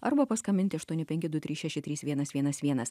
arba paskambinti aštuoni penki du trys šeši trys vienas vienas vienas